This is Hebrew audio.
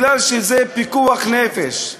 מפני שזה פיקוח נפש.